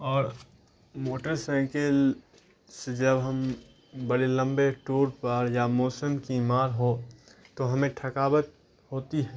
اور motorcycle سے جب ہم بڑے لمبے ٹور پر یا موسم کی مار ہو تو ہمیں تھکاوٹ ہوتی ہے